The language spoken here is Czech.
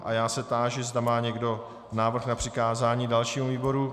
A já se táži, zda má někdo návrh na přikázání dalšímu výboru?